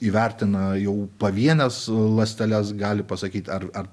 įvertina jau pavienes ląsteles gali pasakyt ar ar